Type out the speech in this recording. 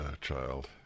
child